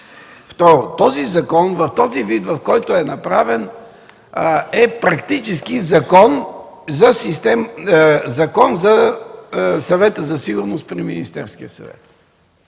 Второ, този закон в този вид, в който е направен, е практически закон за Съвета по сигурността при Министерския съвет.